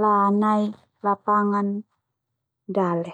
la nai lapangan dale.